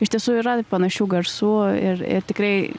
iš tiesų yra panašių garsų ir ir tikrai